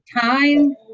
time